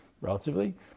relatively